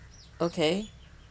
okay